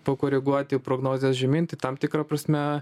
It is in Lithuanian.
pakoreguoti prognozes žemyn tai tam tikra prasme